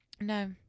No